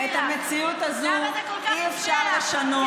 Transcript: את המציאות הזו אי-אפשר לשנות.